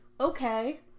Okay